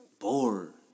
Bored